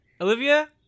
Olivia